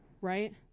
right